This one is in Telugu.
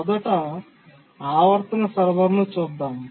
మొదట ఆవర్తన సర్వర్ను చూద్దాం